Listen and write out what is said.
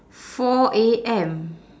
four A_M